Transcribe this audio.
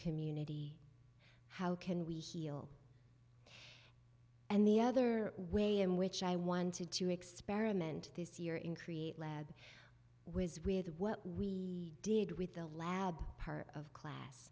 community how can we heal and the other way in which i wanted to experiment this year in create lab was with what we did with the lab part of class